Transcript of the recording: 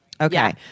Okay